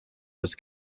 was